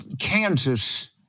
Kansas